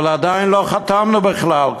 אבל עדיין לא חתמנו בכלל.